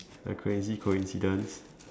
a crazy coincidence